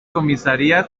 comisaría